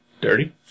Dirty